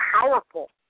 powerful